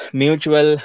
mutual